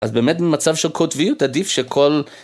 אז באמת במצב של קוטביות עדיף שכל...